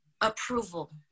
approval